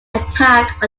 attack